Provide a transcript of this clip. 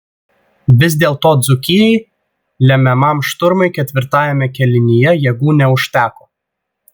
vis dėlto dzūkijai lemiamam šturmui ketvirtajame kėlinyje jėgų neužteko